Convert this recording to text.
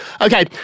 Okay